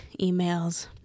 emails